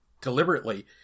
deliberately